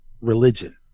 religion